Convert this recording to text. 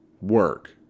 work